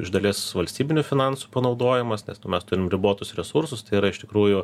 iš dalies valstybinių finansų panaudojimas nes nu mes turim ribotus resursus tai yra iš tikrųjų